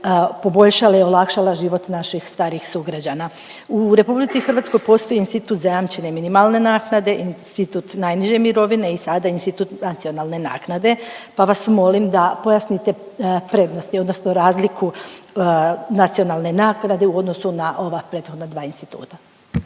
poboljšala i olakšala život naših starijih sugrađana. U Republici Hrvatskoj postoji institut zajamčene minimalne naknade, institut najniže mirovine i sada institut nacionalne naknade, pa vas molim da pojasnite prednosti, odnosno razliku nacionalne naknade u odnosu na ova prethodna dva instituta.